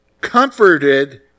comforted